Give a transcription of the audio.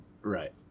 Right